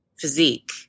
physique